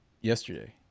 yesterday